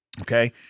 Okay